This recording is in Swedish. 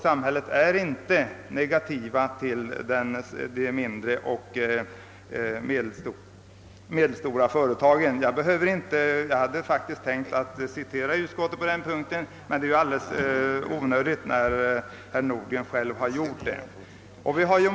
Samhället är inte negativt inställt till de mindre och medelstora företagen. Jag hade faktiskt tänkt citera utskottsutlåtandet på denna punkt, men det är alltså onödigt eftersom herr Nordgren gjort det.